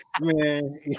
man